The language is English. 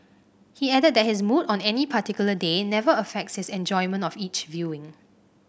he added that his mood on any particular day never affects his enjoyment of each viewing